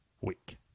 week